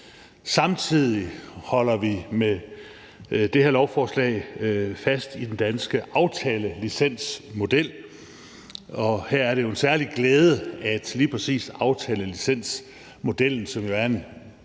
Samtidig holder vi med det her lovforslag fast i den danske aftalelicensmodel. Her er det en særlig glæde, at lige præcis aftalelicensmodellen, som jo er en